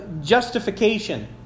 Justification